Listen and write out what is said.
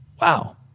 Wow